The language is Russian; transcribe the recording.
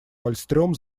вальстрём